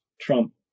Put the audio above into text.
Trump